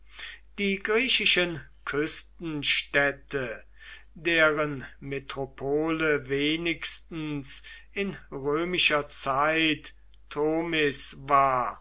die griechischen küstenstädte deren metropole wenigstens in römischer zeit tomis war